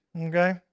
Okay